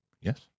Yes